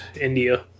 India